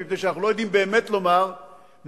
מפני שאנחנו לא יודעים באמת לומר מתי